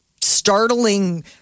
startling